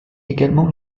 également